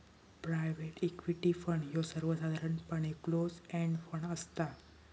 private equity fund ह्यो सर्वसाधारणपणे close end fund असता